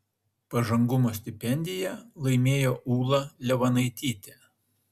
pažangumo stipendiją laimėjo ūla levanaitytė